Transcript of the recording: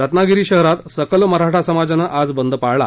रत्नागिरी शहरात सकल मराठा समाजानं आज बद पाळला